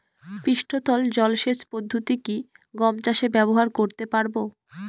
পৃষ্ঠতল জলসেচ পদ্ধতি কি গম চাষে ব্যবহার করতে পারব?